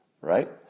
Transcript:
right